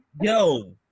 Yo